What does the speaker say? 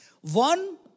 one